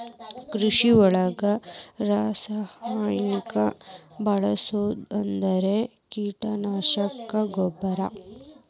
ಕೃಷಿ ಒಳಗ ರಾಸಾಯನಿಕಾ ಬಳಸುದ ಅಂದ್ರ ಕೇಟನಾಶಕಾ, ಗೊಬ್ಬರಾ